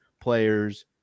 players